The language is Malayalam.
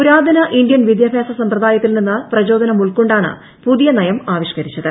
പുരാതന ഇന്ത്യൻ വിദ്യാഭ്യാസ സമ്പ്രദായത്തിൽ നിന്ന് പ്രചോദനം ഉൾക്കൊണ്ടാണ് പുതിയ നയം ആവിഷ്കരിച്ചത്